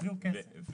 או